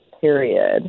period